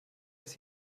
das